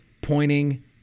pointing